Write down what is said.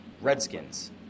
Redskins